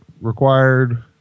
required